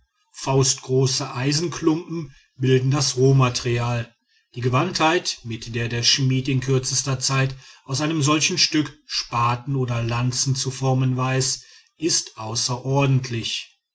faustgroße eisenklumpen bilden das rohmaterial die gewandtheit mit der der schmied in kürzester zeit aus einem solchen stück spaten oder lanzen zu formen weiß ist außerordentlich